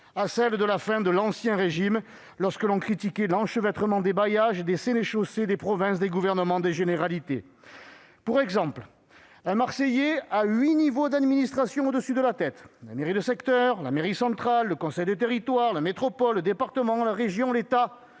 à celle de la fin de l'Ancien Régime, lorsque l'on critiquait l'enchevêtrement des bailliages, des sénéchaussées, des provinces, des gouvernements, des généralités ... Pour exemple, un Marseillais a huit niveaux d'administration au-dessus de la tête : la mairie de secteur, la mairie centrale, le conseil de territoire, la métropole, le département, la région, l'État